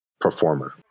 performer